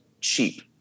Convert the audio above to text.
cheap